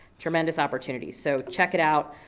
tremendous opportunity. so check it out,